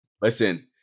Listen